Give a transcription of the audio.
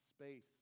space